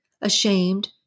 ashamed